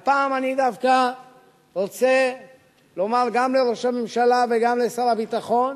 והפעם אני דווקא רוצה לומר גם לראש הממשלה וגם לשר הביטחון